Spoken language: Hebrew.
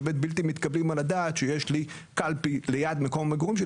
משנות ה-80' של המאה הקודמת לא מוצבות עוד הקלפיות בכפרים האלה,